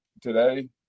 Today